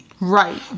Right